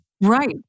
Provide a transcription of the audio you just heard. Right